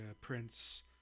Prince